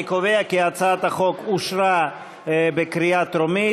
אני קובע כי הצעת החוק אושרה בקריאה טרומית.